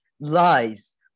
lies